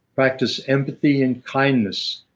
practice empathy and kindness.